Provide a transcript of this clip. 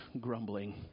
grumbling